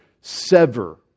sever